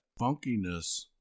funkiness